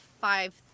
five